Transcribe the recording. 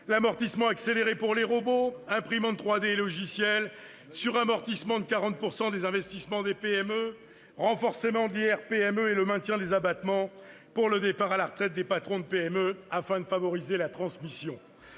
l'amortissement accéléré pour les robots, imprimantes 3D et logiciels ; le suramortissement de 40 % des investissements des PME ; le renforcement de l'IR-PME et le maintien des abattements pour le départ à la retraite des patrons de PME, afin de favoriser la transmission.